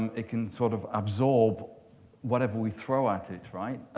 um it can sort of absorb whatever we throw at it. right?